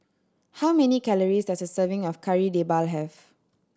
how many calories does a serving of Kari Debal have